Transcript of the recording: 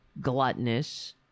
gluttonous